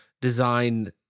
design